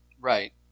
Right